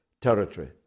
territory